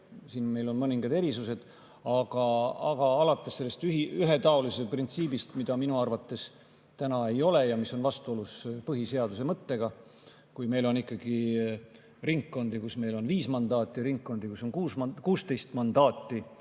siin meil on mõningad erisused –, näiteks see ühetaolisuse printsiip, mida minu arvates täna ei [järgita] ja mis on täna vastuolus põhiseaduse mõttega. Kui meil on ikkagi ringkondi, kus meil on viis mandaati, ja ringkondi, kus on 16 mandaati,